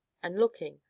and looking,